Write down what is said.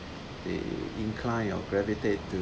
they incline or gravitate to